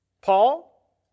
Paul